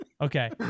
okay